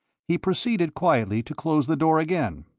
he proceeded quietly to close the door again.